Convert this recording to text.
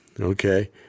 Okay